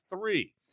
three